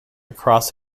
across